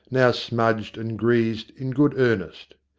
now smudged and greased in good earnest.